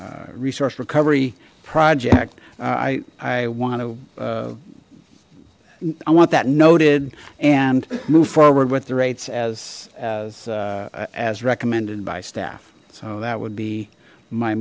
the resource recovery project i i want to i want that noted and move forward with the rates as as recommended by staff so that would be my